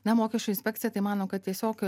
na mokesčių inspekcija tai mano kad tiesiog